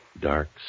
dark